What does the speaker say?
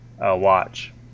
watch